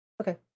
okay